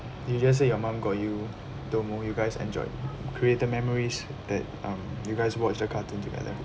you just say your mum got you domo you guys enjoyed created memories that um you guys watched the cartoon together